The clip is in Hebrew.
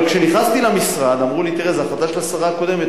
אבל כשנכנסתי למשרד אמרו לי: זאת החלטה של השרה הקודמת,